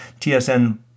TSN